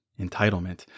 entitlement